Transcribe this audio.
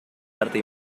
arte